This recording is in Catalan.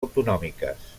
autonòmiques